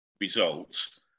results